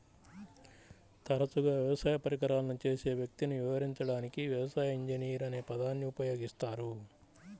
తరచుగా వ్యవసాయ పరికరాలను చేసే వ్యక్తిని వివరించడానికి వ్యవసాయ ఇంజనీర్ అనే పదాన్ని ఉపయోగిస్తారు